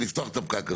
לפתוח את הפקק הזה.